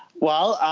well,